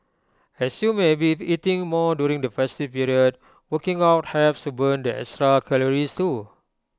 as you may be eating more during the festive period working out helps to burn the extra calories too